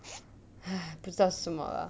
!hais! 不知道是什么 lah